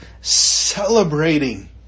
celebrating